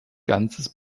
ganzes